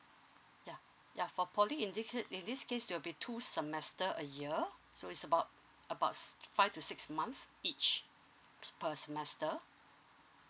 ya ya for poly in this ca~ in this case there will be two semester a year so it's about about five to six months each per semester